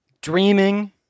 Dreaming